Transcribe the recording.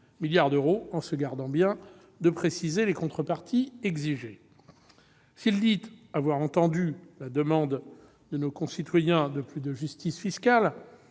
milliards d'euros, en se gardant bien de préciser les contreparties exigées. S'il dit avoir entendu la demande de nos concitoyens d'une plus grande justice fiscale,